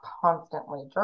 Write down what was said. constantly